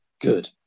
Good